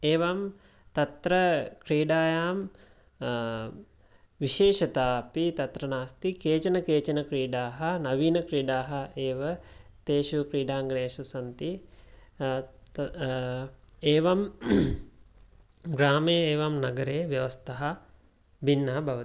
एवं तत्र क्रीडायां विशेषता अपि तत्र नास्ति केचन केचन क्रीडाः नवीन क्रीडाः एव तेषु क्रीडाङ्गनेषु सन्ति एवं ग्रामे एवं नगरे व्यवस्था भिन्ना भवति